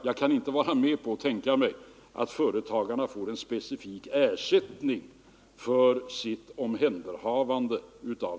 Jag kan alltså inte tänka mig att företagarna får en specifik ersättning för sitt omhänderhavande av